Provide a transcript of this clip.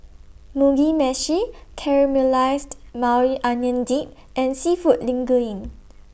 Mugi Meshi Caramelized Maui Onion Dip and Seafood Linguine